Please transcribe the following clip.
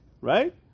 right